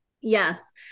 Yes